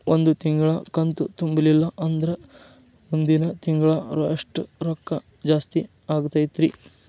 ಒಂದು ತಿಂಗಳಾ ಕಂತು ತುಂಬಲಿಲ್ಲಂದ್ರ ಮುಂದಿನ ತಿಂಗಳಾ ಎಷ್ಟ ರೊಕ್ಕ ಜಾಸ್ತಿ ಆಗತೈತ್ರಿ?